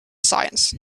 science